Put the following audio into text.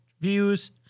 views